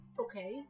okay